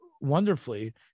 wonderfully